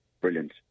brilliant